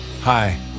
Hi